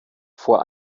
vor